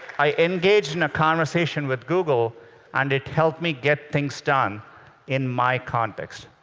i engaged in a conversation with google and it helped me get things done in my context.